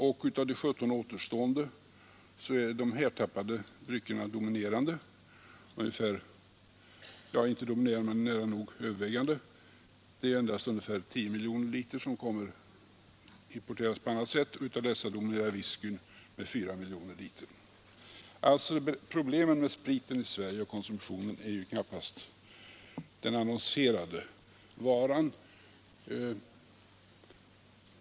Bland återstående 17 miljoner liter är de härtappade dryckerna nära nog övervägande. Det är endast ungefär 6 miljoner liter som importeras på annat sätt, och bland dessa dominerar whiskyn med 4 miljoner liter. Problemet med spritkonsumtionen i Sverige är alltså knappast den annonserade varan.